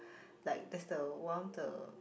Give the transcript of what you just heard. like that's the one a